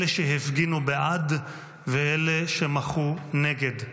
אלה שהפגינו בעד ואלה שמחו נגד.